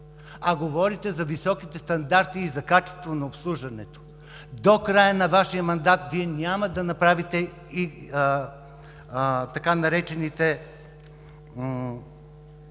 а говорите за високите стандарти и за качество на обслужването. До края на Вашия мандат Вие няма да направите и така наречените…